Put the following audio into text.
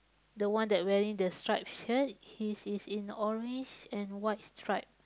the one that wearing the stripe shirt he's he's in orange and white stripe